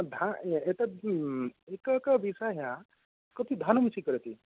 एतत् एक एक विषयः कति धनं स्वीकरोति